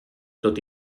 tot